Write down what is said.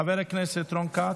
חבר הכנסת רון כץ,